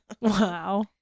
Wow